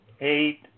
eight